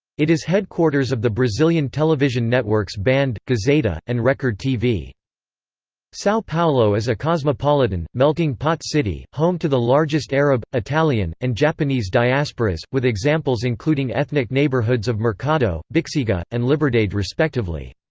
it is headquarters of the brazilian television networks band, gazeta, and recordtv. sao paulo is a cosmopolitan, melting pot city, home to the largest arab, italian, and japanese diasporas, with examples including ethnic neighborhoods of mercado, bixiga, and liberdade respectively.